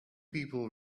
people